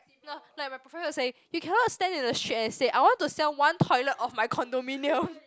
uh like my professor will say you cannot stand in the street and say I want to sell one toilet of my condominium